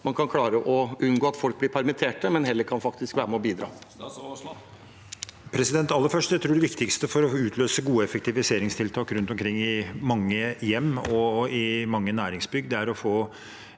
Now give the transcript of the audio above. man kan klare å unngå at folk blir permittert, og heller faktisk kan være med og bidra.